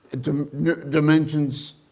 dimensions